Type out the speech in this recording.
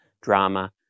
drama